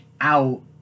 out